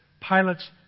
Pilots